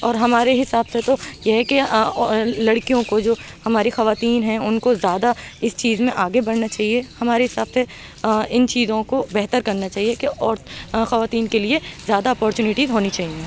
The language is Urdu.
اور ہمارے حساب سے تو یہ ہے کہ لڑکیوں کو جو ہماری خواتین ہیں اُن کو زیادہ اِس چیز میں آگے بڑھنا چاہیے ہمارے حساب سے اِن چیزوں کو بہتر کرنا چاہیے کہ اور خواتین کے لیے زیادہ اپورچونیٹیز ہونی چاہیے